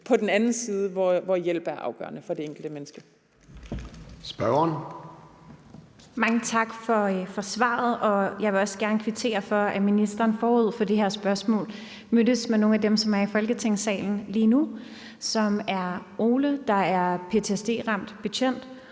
Formanden (Søren Gade): Spørgeren. Kl. 13:21 Victoria Velasquez (EL): Mange tak for svaret. Jeg vil også gerne kvittere for, at ministeren forud for det her spørgsmål mødtes med nogle af dem, som er i Folketingssalen lige nu. Det er Ole, der er ptsd-ramt betjent,